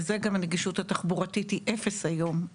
זה גם הנגישות התחבורתית היא אפס היום,